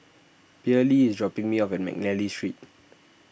Pearley is dropping me off at McNally Street